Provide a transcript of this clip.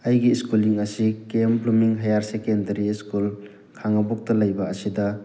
ꯑꯩꯒꯤ ꯏꯁꯀꯨꯜꯂꯤꯡ ꯑꯁꯤ K M blooming higher secondary school ꯈꯥꯉꯕꯣꯛꯇ ꯂꯩꯕ ꯑꯁꯤꯗ